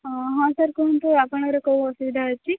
ହଁ ହଁ ସାର୍ କୁହନ୍ତୁ ଆପଣଙ୍କର କୋଉ ଅସୁବିଧା ଅଛି